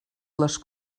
les